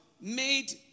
made